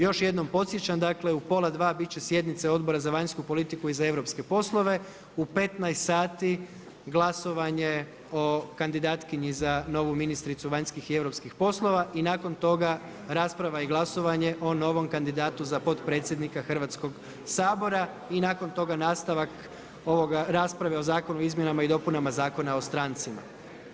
Još jednom podsjećam, dakle u pola dva bit će sjednica Odbora za vanjsku politiku i europske poslove, u 15,00 sati glasovanje o kandidatkinji za novu ministricu vanjskih i europskih poslova i nakon toga rasprava i glasovanje o novom kandidatu za potpredsjednika Hrvatskoga sabora i nakon toga nastavak rasprave o Zakonu o izmjenama i dopunama Zakona o strancima.